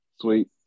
Sweet